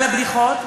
על הבדיחות,